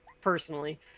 personally